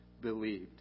believed